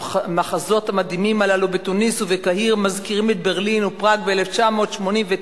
המחזות המדהימים הללו בתוניס ובקהיר מזכירים את ברלין או פראג ב-1989,